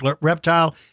reptile